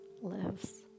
lives